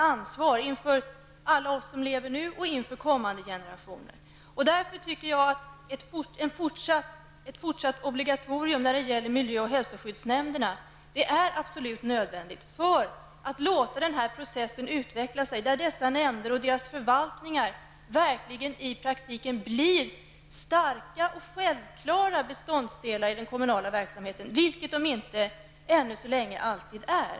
Därför tycker jag att ett fortsatt obligatorium när det gäller miljö och hälsoskyddsnämnderna är absolut nödvändigt för att låta den process utveckla sig där dessa nämnder och deras förvaltningar verkligen i praktiken blir starka och självklara beståndsdelar i den kommunala verksamheten -- vilket de än så länge inte alltid är.